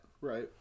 Right